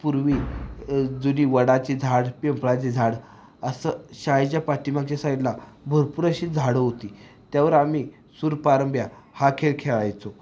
पूर्वी जुनी वडाची झाड पिंपळाची झाड असं शाळेच्या पाठीमागच्या साईडला भरपूर अशी झाडं होती त्यावर आम्ही सूरपारंब्या हा खेळ खेळायचो